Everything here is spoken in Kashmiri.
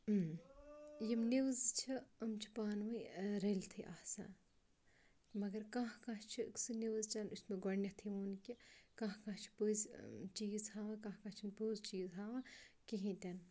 یِم نِوٕز چھِ یِم چھِ پانہٕ ؤنۍ رٔلتھٕے آسان مگر کانٛہہ کانٛہہ چھِ سُہ نِوٕز چَنل یُس مےٚ گۄڈنٮ۪تھٕے ووٚن کہِ کانٛہہ کانٛہہ چھِ پٔزۍ چیٖز ہاوان کانٛہہ کانٛہہ چھِ پوٚز چیٖز ہاوان کِہیٖنۍ تہِ نہٕ